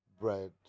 bread